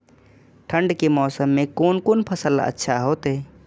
ठंड के मौसम में कोन कोन फसल अच्छा होते?